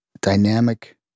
dynamic